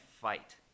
fight